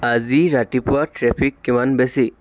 আজি ৰাতিপুৱা ট্ৰেফিক কিমান বেছি